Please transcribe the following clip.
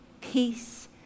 peace